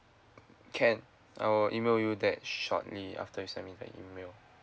can I will email you that shortly after you send me the email